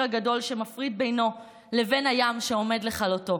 הגדול שמפריד בינו לבין הים שעומד לכלותו,